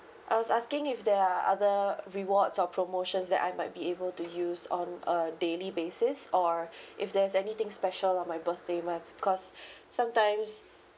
I was asking if there are other rewards or promotions that I might be able to use on a daily basis or if there's anything special on my birthday month because sometimes